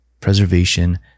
preservation